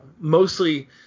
Mostly –